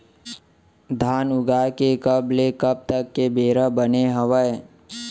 धान उगाए के कब ले कब तक के बेरा बने हावय?